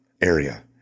area